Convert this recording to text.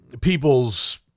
people's